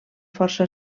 força